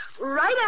Right